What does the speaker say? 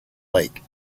lake